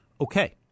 Okay